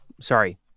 Sorry